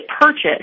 purchase